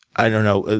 i don't know,